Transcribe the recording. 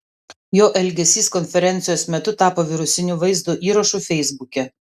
jo elgesys konferencijos metu tapo virusiniu vaizdo įrašu feisbuke